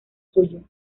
suyo